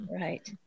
Right